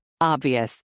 Obvious